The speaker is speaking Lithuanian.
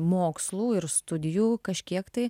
mokslų ir studijų kažkiek tai